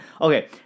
Okay